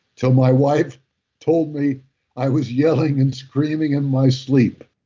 until my wife told me i was yelling and screaming in my sleep.